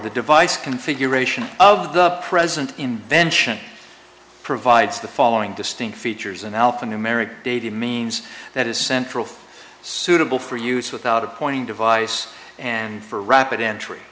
the device configuration of the present invention provides the following distinct features an alphanumeric data means that is central suitable for use without a pointing device and for rapid entry